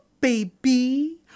baby